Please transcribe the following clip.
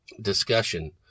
discussion